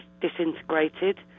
disintegrated